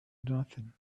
nothing